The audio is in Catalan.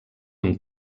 amb